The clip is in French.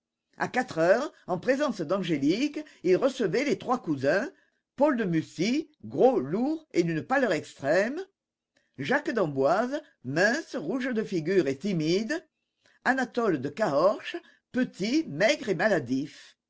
à quatre heures en présence d'angélique il recevait les trois cousins paul de mussy gros lourd et d'une pâleur extrême jacques d'emboise mince rouge de figure et timide anatole de caorches petit maigre et maladif